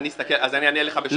אז אני אענה לך בשאלה.